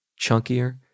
chunkier